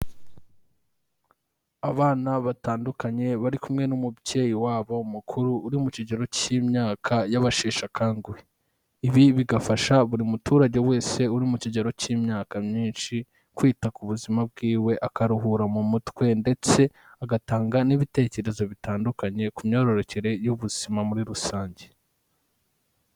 Abana batandukanye bari kumwe n'umubyeyi wabo mukuru uri mu kigero cy'imyaka y'abasheshe akanguhe, ibi bigafasha buri muturage wese uri mu kigero cy'imyaka myinshi kwita ku buzima bwiwe akaruhura mu mutwe ndetse agatanga n'ibitekerezo bitandukanye ku myororokere y'ubuzima muri rusange.